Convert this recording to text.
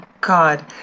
God